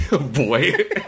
boy